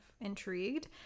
intrigued